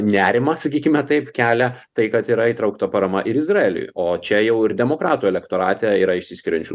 nerimą sakykime taip kelia tai kad yra įtraukta parama ir izraeliui o čia jau ir demokratų elektorate yra išsiskiriančių